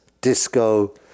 disco